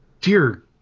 dear